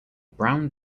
brown